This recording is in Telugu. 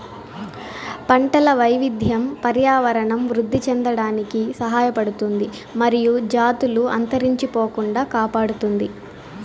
పంటల వైవిధ్యం పర్యావరణం వృద్ధి చెందడానికి సహాయపడుతుంది మరియు జాతులు అంతరించిపోకుండా కాపాడుతుంది